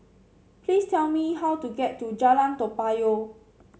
please tell me how to get to Jalan Toa Payoh